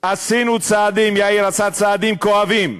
עשינו צעדים, יאיר עשה, צעדים כואבים,